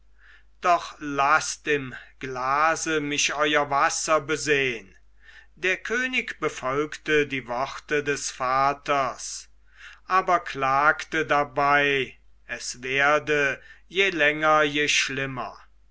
doch laßt im glase mich euer wasser besehn der könig befolgte die worte des vaters aber klagte dabei es werde je länger je schlimmer